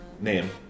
name